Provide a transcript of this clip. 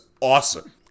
awesome